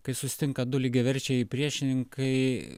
kai susitinka du lygiaverčiai priešininkai